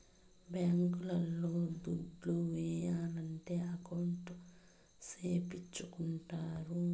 bank లో దుడ్లు ఏయాలంటే అకౌంట్ సేపిచ్చుకుంటారు